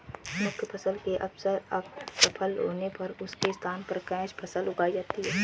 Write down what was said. मुख्य फसल के असफल होने पर उसके स्थान पर कैच फसल उगाई जाती है